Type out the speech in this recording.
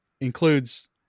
includes